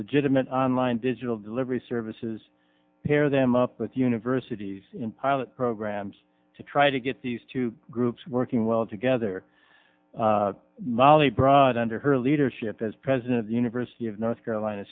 legitimate online digital delivery services pair them up with universities in pilot programs to try to get these two groups working well together molly brought under her leadership as president of the university of north carolina